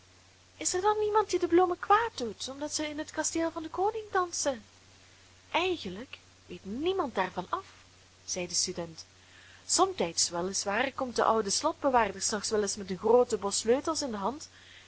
is er dan niemand die de bloemen kwaad doet omdat ze in het kasteel van den koning dansen eigenlijk weet niemand daarvan af zei de student somtijds wel is waar komt de oude slotbewaarder s nachts wel eens met een grooten bos sleutels in de hand